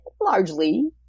largely